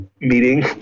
meeting